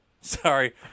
Sorry